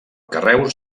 carreus